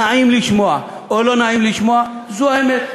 נעים לשמוע או לא נעים לשמוע, זו האמת.